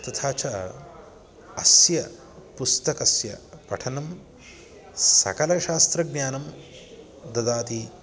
तथा च अस्य पुस्तकस्य पठनं सकलशास्त्रज्ञानं ददाति